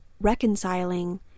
reconciling